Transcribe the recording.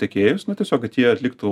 tiekėjus na tiesiog kad jie atliktų